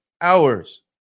hours